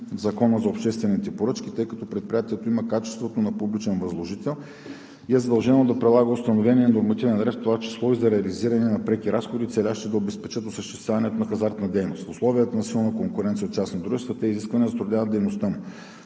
Закона за обществените поръчки, тъй като предприятието има качеството на публичен възложител и е задължено да прилага установения нормативен ред, в това число и за реализиране на преки разходи, целящи да обезпечат осъществяването на хазартна дейност. В условията на силна конкуренция от частни дружества тези изисквания затрудняват дейността му.